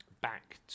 Back